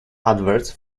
adverts